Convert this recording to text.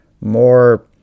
more